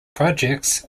projects